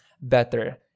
better